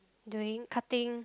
doing cutting